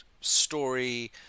story